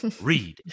Read